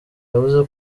yavuze